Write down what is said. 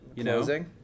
Closing